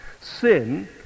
Sin